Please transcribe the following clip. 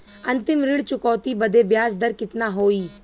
अंतिम ऋण चुकौती बदे ब्याज दर कितना होई?